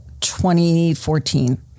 2014